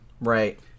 Right